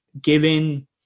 given